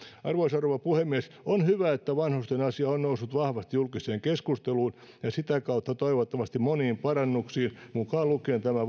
arvoisa rouva puhemies on hyvä että vanhusten asia on on noussut vahvasti julkiseen keskusteluun ja sitä kautta tulee toivottavasti monia parannuksia mukaan lukien tämä